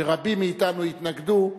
שרבים מאתנו התנגדו לו,